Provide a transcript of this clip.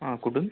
हा कुठून